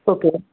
okay